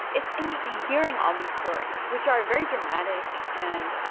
it's interesting hearing all these stories, which are very dramatic and.